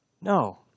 No